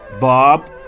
Bob